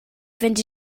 fynd